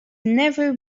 never